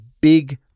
big